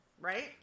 Right